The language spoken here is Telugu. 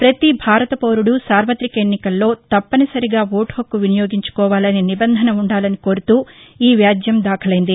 ప్రతి భారతపౌరుడు సార్వతిక ఎన్నికల్లో తప్పనిసరిగా ఓటు హక్కు వినియోగించు కోవాలనే నిబంధన ఉండాలని కోరుతూ ఈ వ్యాజ్యం దాఖలైంది